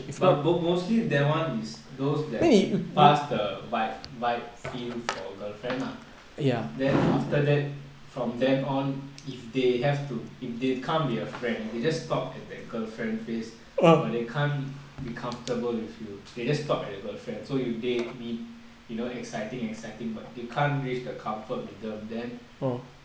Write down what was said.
but mostly that [one] is those that past the vibe vibe feel for girlfriend ah then after that from then on if they have to if they can't be a friend if they just stopped at that girlfriend phase but they can't be comfortable with you they just stopped at the girlfriend so you they you know exciting exciting but they can't live the comfort in them then